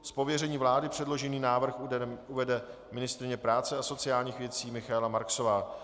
Z pověření vlády předložený návrh uvede ministryně práce a sociálních věcí Michaela Marksová.